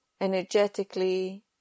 energetically